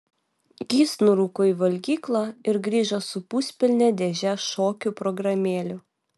jis nurūko į valgyklą ir grįžo su puspilne dėže šokių programėlių